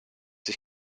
sich